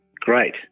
Great